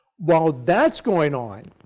while that is going on,